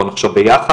בואו נחשוב ביחד.